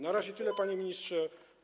Na razie tyle, panie ministrze.